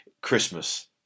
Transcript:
Christmas